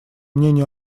мнению